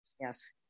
Yes